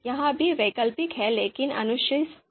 यह भी वैकल्पिक है लेकिन अनुशंसित है